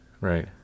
right